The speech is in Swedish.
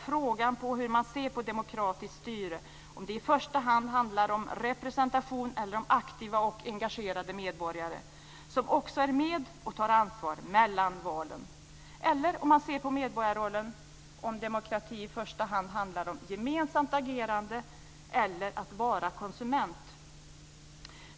Frågan är hur man ser på demokratiskt styre - om det i första hand rör sig om representation eller om aktiva och engagerade medborgare som också är med om att ta ansvar mellan valen. Eller hur man ser på medborgarrollen - handlar demokrati i första hand om gemensamt agerande eller om att vara konsument?